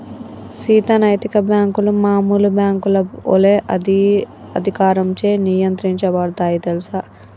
సీత నైతిక బాంకులు మామూలు బాంకుల ఒలే అదే అధికారంచే నియంత్రించబడుతాయి తెల్సా